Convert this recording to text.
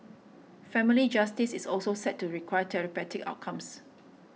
family justice is also said to require therapeutic outcomes